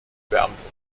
beamte